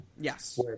Yes